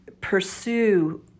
pursue